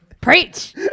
Preach